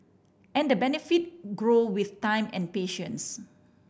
and the benefit grow with time and patience